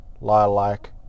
lilac